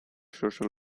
social